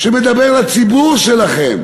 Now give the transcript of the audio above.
שמדבר לציבור שלכם?